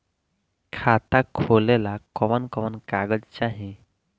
खाता खोलेला कवन कवन कागज चाहीं?